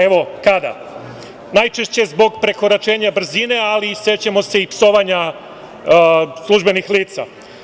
Evo kada, najčešće zbog prekoračenja brzine, ali sećamo se i psovanja službenih lica.